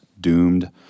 doomed